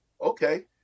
Okay